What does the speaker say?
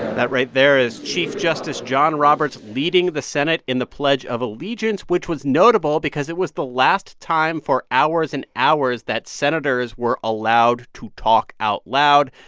that right there is chief justice john roberts leading the senate in the pledge of allegiance, which was notable because it was the last time for hours and hours that senators were allowed to talk out loud.